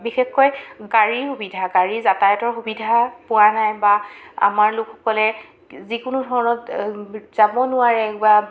বিশেষকৈ গাড়ীৰ সুবিধা গাড়ীৰ যাতায়াতৰ সুবিধা পোৱা নাই বা আমাৰ লোকসকলে যিকোনো ধৰণত যাব নোৱাৰে বা